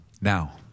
Now